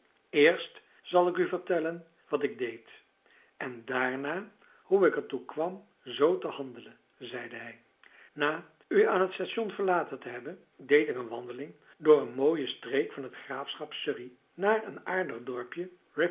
eerst zal ik u vertellen wat ik deed en daarna hoe ik er toe kwam zoo te handelen zeide hij na u aan het station verlaten te hebben deed ik een wandeling door een mooie streek van het graafschap surrey naar een aardig dorpje